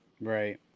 Right